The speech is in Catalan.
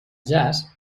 jaç